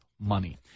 money